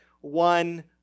one